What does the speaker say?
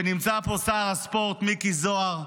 נמצא פה שר הספורט מיקי זוהר,